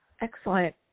Excellent